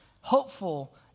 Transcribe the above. hopeful